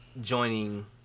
joining